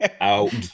Out